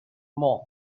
monk